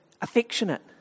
affectionate